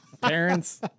Parents